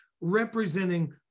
representing